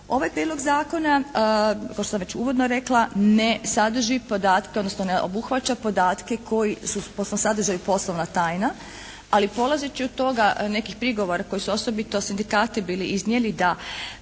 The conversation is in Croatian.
Ovaj prijedlog zakona kao što sam već uvodno rekla ne sadrži podatke, odnosno ne obuhvaća podatke koji su po svom sadržaju poslovna tajna. Ali polazeći od toga, nekih prigovora koji su osobito sindikati bili iznijeli da